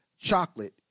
Chocolate